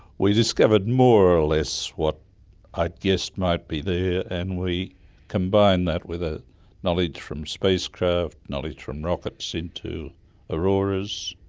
we discovered more or less what i'd guessed might be there and we combined that with a knowledge from spacecraft, knowledge from rockets into auroras,